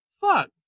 fuck